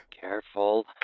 Careful